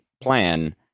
plan